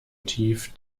tief